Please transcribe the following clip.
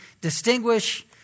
distinguish